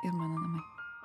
ir mano namai